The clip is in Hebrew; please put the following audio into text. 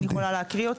אני יכולה להקריא אותה.